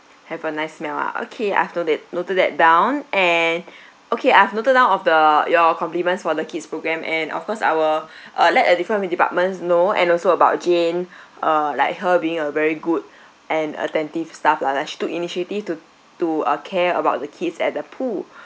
have a nice smell ah okay I've note it noted that down and okay I've noted down of the your compliments for the kids' programme and of course I will uh let uh relevant departments know and also about jane uh like her being a very good and attentive staff lah that she took initiative to to uh care about the kids at the pool